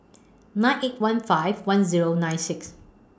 nine eight one five one Zero nine six